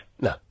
No